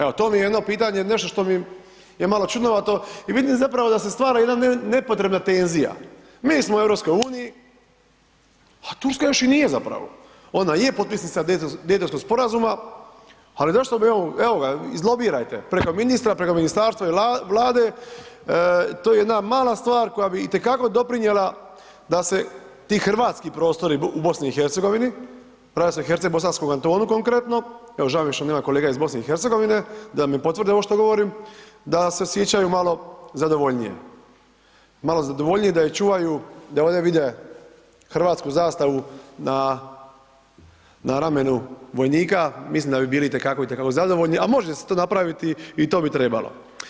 Evo, to mi je jedno pitanje, nešto što mi je malo čudnovato i vidim zapravo da se stvara jedan nepotrebna tenzija, mi smo u EU, a Turska još i nije zapravo, ona je potpisnica Daytonskom sporazuma, ali zašto bi evo, evo ga, izlobirajte, preko ministra, preko ministarstva i Vlade, to je jedna mala stvar koja bi itekako doprinjela da se ti hrvatski prostori u BiH Govornik se ne razumije/…bosanskom kantonu konkretno, evo žao mi je što nema kolega iz BiH da mi potvrde ovo što govorim da se osjećaju malo zadovoljnije, malo zadovoljnije, da je čuvaju, da ovdje vide hrvatsku zastavu na ramenu vojnika, mislim da bi bili itekako, itekako zadovoljni, a može se to napraviti i to bi trebalo.